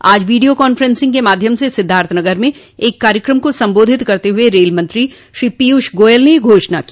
आज video conferencing के माध्यम से सिद्धार्थनगर में एक कार्यक्रम को संबोधित करते हुए रेलमंत्री श्री पीयूष गोयल ने यह घोषणा की